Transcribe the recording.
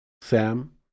sam